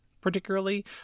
particularly